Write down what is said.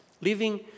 Living